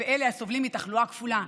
באלה הסובלים מתחלואה כפולה,